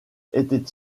était